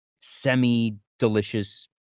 semi-delicious